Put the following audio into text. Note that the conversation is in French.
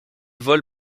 vols